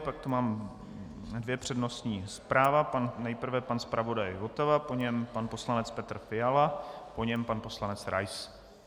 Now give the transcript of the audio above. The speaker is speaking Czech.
Pak mám dvě přednostní práva nejprve pan zpravodaj Votava, po něm pan poslanec Petr Fiala, po něm pan poslanec Rais.